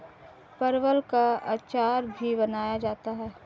परवल का अचार भी बनाया जाता है